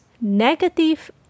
negative